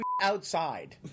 Outside